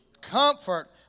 comfort